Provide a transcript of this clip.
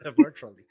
Virtually